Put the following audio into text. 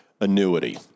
annuity